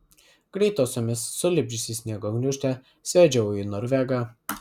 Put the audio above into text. greitosiomis sulipdžiusi sniego gniūžtę sviedžiau į norvegą